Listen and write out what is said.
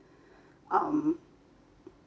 um